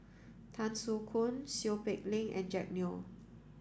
Tan Soo Khoon Seow Peck Leng and Jack Neo